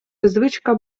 звичка